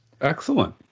Excellent